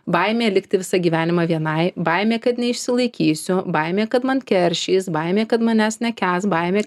baimė likti visą gyvenimą vienai baimė kad neišsilaikysiu baimė kad man keršys baimė kad manęs nekęs baimė